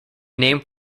name